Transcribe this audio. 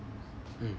mm